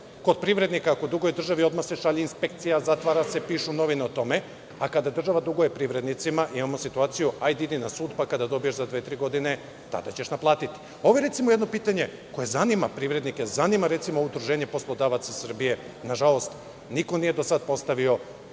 Kod privrednika, ako duguje državi, odmah se šalje inspekcija, zatvara se, pišu novine o tome, a kada država duguje privrednicima, imamo situaciju – hajde idi na sud, pa kada dobiješ za dve, tri godine, tada ćeš naplatiti. Ovo je jedno pitanje koje zanima privrednike, zanima Udruženje poslodavaca Srbije. Nažalost, niko nije do sada postavio